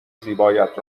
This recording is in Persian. زیبایت